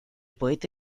poeta